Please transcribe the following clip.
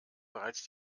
bereits